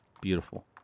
beautiful